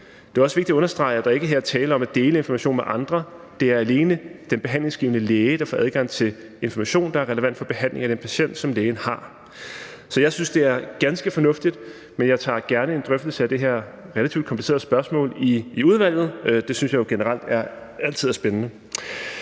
Det er også vigtigt at understrege, at der her ikke er tale om at dele information med andre. Det er alene den behandlingsgivende læge, der får adgang til information, der er relevant for behandlingen af den patient, som lægen har. Så jeg synes, det er ganske fornuftigt, men jeg tager gerne en drøftelse af det her relativt komplicerede spørgsmål i udvalget. Det synes jeg jo generelt altid er spændende.